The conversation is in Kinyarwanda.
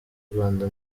rwanda